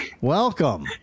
welcome